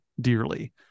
dearly